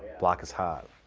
block is hot.